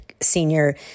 Senior